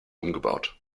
umgebaut